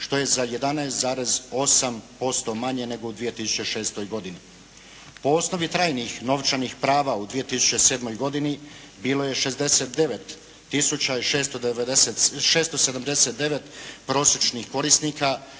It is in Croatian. što je za 11,8% manje nego u 2006. godini. Po osnovi trajnih novčanih prava u 2007. godini bilo je 679 prosječnih korisnika